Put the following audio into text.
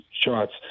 shots